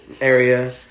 area